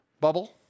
Bubble